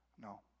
No